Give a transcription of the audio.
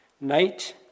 Night